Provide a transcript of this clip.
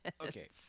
Okay